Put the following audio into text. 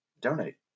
donate